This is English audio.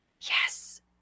Yes